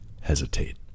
hesitate